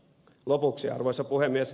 lopuksi arvoisa puhemies